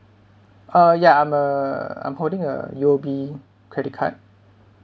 uh ya I'm a I'm holding a U_O_B credit card